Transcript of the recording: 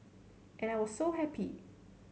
and I was so happy